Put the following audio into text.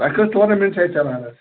تۄہہِ کٔژ ٹورنَمٮ۪نٛٹ چھِ اَتہِ چَلان حظ